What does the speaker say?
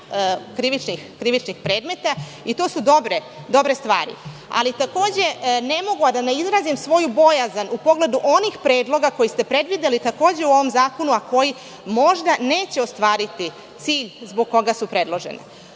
krivičnih predmeta i to su dobre stvari. Takođe, ne mogu a da ne izrazim svoju bojazan u pogledu onih predloga koje ste predvideli takođe u ovom zakonu, a koji možda neće ostvariti cilj zbog koga su predloženi.